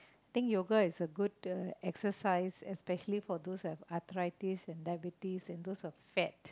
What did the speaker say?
think yoga is a good exercise especially for those have arthritis and diabetes and those who are fat